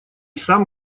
сам